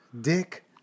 Dick